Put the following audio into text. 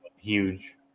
huge